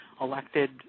elected